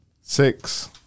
six